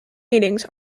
meetings